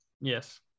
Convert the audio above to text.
yes